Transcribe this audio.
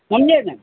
समझे न